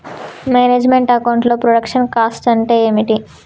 Manage meant account లో production cost అంటే ఏమిటి?